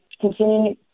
continue